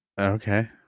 Okay